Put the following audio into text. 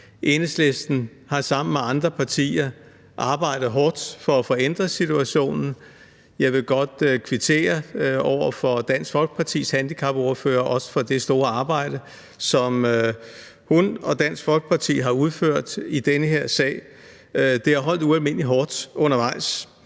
Enhedslisten har sammen med andre partier arbejdet hårdt for at få ændret situationen. Jeg vil også godt kvittere over for Dansk Folkepartis handicapordfører for det store arbejde, som hun og Dansk Folkeparti har udført i den her sag. Det har holdt ualmindelig hårdt undervejs.